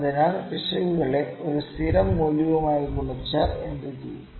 അതിനാൽ പിശകുകളെ ഒരു സ്ഥിരം മൂല്യവുമായി ഗുണിച്ചാൽ എന്തുചെയ്യും